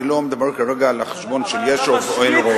אני לא מדבר כרגע על החשבון של יש רוב או אין רוב.